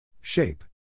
Shape